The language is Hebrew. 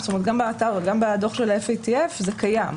גם באתר וגם בדוח של FATF זה קיים,